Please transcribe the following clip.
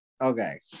Okay